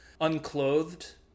unclothed